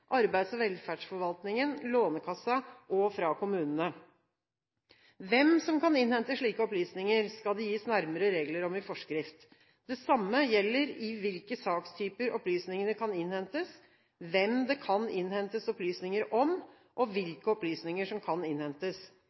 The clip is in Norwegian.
arbeids- og velferdsforvaltningen, Lånekassen og fra kommunene. Hvem som kan innhente slike opplysninger, skal det gis nærmere regler om i forskrift. Det samme gjelder i hvilke sakstyper opplysningene kan innhentes, hvem det kan innhentes opplysninger om, og hvilke opplysninger som kan innhentes.